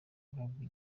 bwabwiye